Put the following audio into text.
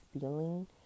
feeling